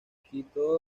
quito